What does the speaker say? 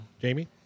Jamie